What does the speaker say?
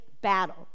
Battle